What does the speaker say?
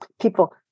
people